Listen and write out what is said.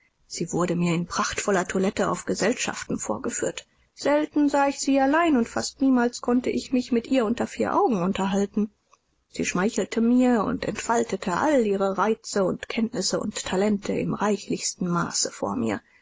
sie wurde mir in prachtvoller toilette auf gesellschaften vorgeführt selten sah ich sie allein und fast niemals konnte ich mich mit ihr unter vier augen unterhalten sie schmeichelte mir und entfaltete all ihre reize und kenntnisse und talente im reichlichsten maße vor mir